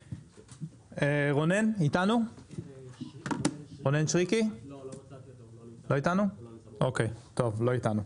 רונן שריקי לא נמצא, אז אני מבקש לסכם.